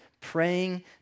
praying